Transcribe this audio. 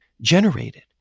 generated